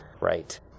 Right